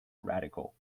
radical